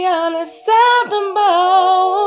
unacceptable